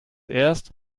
erst